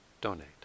donate